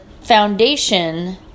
foundation